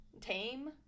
Tame